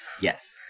Yes